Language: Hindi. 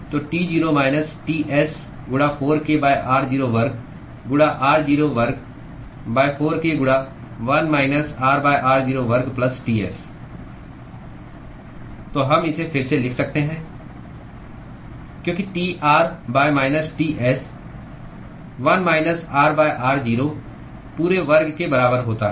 तो T0 माइनस Ts गुणा 4k r0 वर्ग गुणा r0 वर्ग 4 k गुणा 1 माइनस r r0 वर्ग प्लस Ts तो हम इसे फिर से लिख सकते हैं क्योंकि Tr minus Ts 1 minus r r0 पूरे वर्ग के बराबर होता है